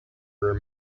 rare